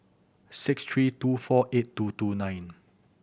six three two four eight two two nine